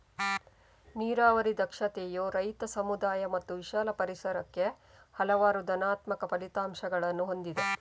ನೀರಾವರಿ ದಕ್ಷತೆಯು ರೈತ, ಸಮುದಾಯ ಮತ್ತು ವಿಶಾಲ ಪರಿಸರಕ್ಕೆ ಹಲವಾರು ಧನಾತ್ಮಕ ಫಲಿತಾಂಶಗಳನ್ನು ಹೊಂದಿದೆ